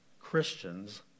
Christians